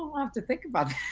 have to think about